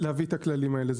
להביא את הכללים האלה.